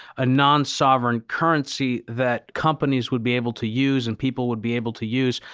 a non sovereign currency that companies would be able to use and people would be able to use.